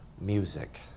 Music